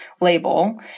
label